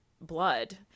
blood